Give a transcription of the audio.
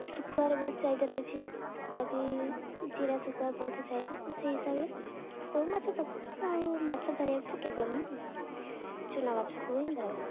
ଶୁଖୁଆର ବହୁତ ଚାହିଦା ରହିଛି ଶୁଖୁଆ ବିି ଜିରା ଶୁଖୁଆ ବହୁତ ଚାହିଦା ତ ସେଇ ହିସାବରେ ସବୁ ମାଛ ପସନ୍ଦ ଆଉ ମାଛ ଧରିବା ଭିତରେ କେବଳ ମୁଁ ଚୁନା ମାଛକୁ ହିଁ ଧରେ